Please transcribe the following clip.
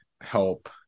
help